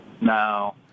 No